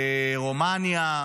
רומניה.